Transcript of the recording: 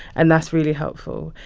and that's really helpful.